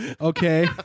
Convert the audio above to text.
Okay